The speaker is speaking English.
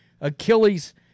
Achilles